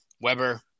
Weber